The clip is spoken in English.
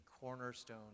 cornerstone